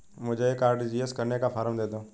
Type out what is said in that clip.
मुझे एक आर.टी.जी.एस करने का फारम दे दो?